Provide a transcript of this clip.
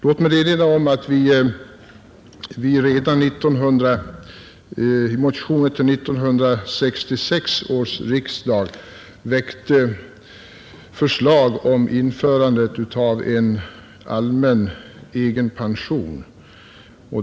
Låt mig erinra om att vi redan i motioner till 1966 års riksdag väckte förslag om införande av en allmän egenpension.